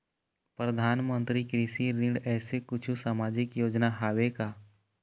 परधानमंतरी कृषि ऋण ऐसे कुछू सामाजिक योजना हावे का?